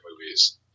movies